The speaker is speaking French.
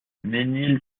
ménil